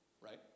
right